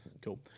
Cool